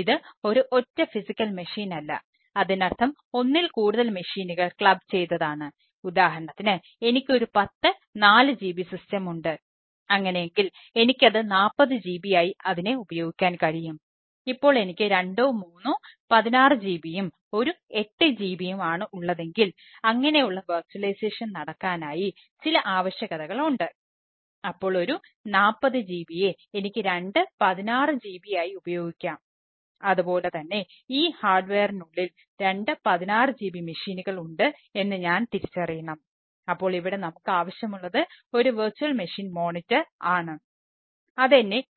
ഇതാണ് എൻറെ